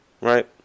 Right